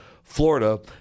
Florida